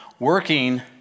Working